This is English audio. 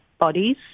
bodies